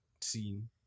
scene